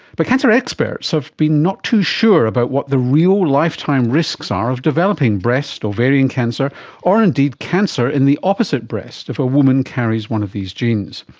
but cancer experts have been not too sure about what the real lifetime risks are of developing breast, ovarian cancer or indeed cancer in the opposite breast if a woman carries one of these genes.